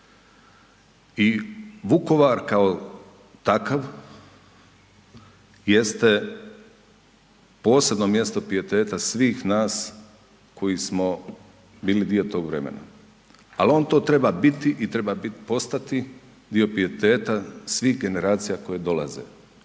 i Vukovar kao takav jeste posebno mjesto pijeteta svih nas koji smo bili dio tog vremena, al on to treba biti i treba postati dio pijeteta svih generacija koje dolaze.